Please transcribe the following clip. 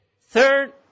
Third